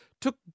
took